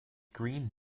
green